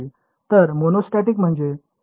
तर मोनोस्टॅटिक म्हणजे 2D case आहे